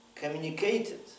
communicated